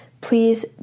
Please